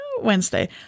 Wednesday